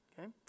Okay